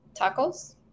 Tacos